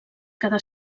cada